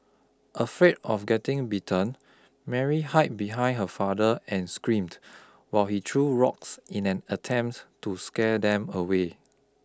afraid of getting bitten Mary hide behind her father and screamed while he threw rocks in an attempt to scare them away